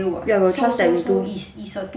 ya I got trust that you'll do it